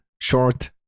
short